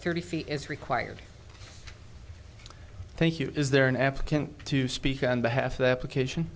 thirty feet is required thank you is there an applicant to speak on behalf of the application